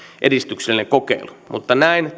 edistyksellinen kokeilu mutta näin